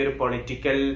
political